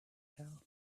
hill